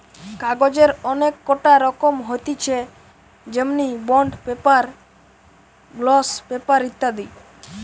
কাগজের অনেক কটা রকম হতিছে যেমনি বন্ড পেপার, গ্লস পেপার ইত্যাদি